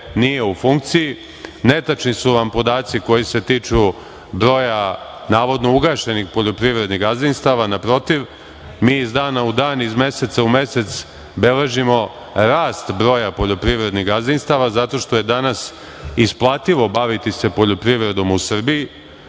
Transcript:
nije u funkciji. Netačni su vam podaci koji se tiču broja navodno ugašenih poljoprivrednih gazdinstava. Naprotiv, mi iz dana u dan, iz meseca u mesec beležimo rast broja poljoprivrednih gazdinstava zato što je danas isplativo baviti se poljoprivrednom u Srbiji,